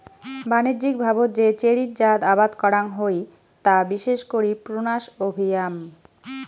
বাণিজ্যিকভাবত যে চেরির জাত আবাদ করাং হই তা বিশেষ করি প্রুনাস অভিয়াম